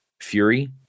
Fury